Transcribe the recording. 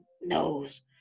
knows